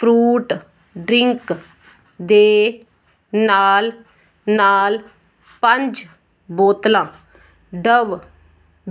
fruit drink ਦੇ ਨਾਲ ਨਾਲ ਪੰਜ ਬੋਤਲਾਂ ਡਵ